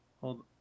Hold